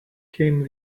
came